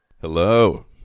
hello